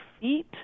feet